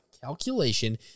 calculation